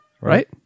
Right